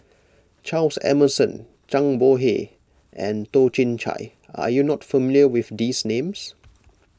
Charles Emmerson Zhang Bohe and Toh Chin Chye are you not familiar with these names